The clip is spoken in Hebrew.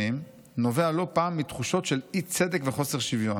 נובע לא פעם מתחושות של אי-צדק וחוסר שוויון.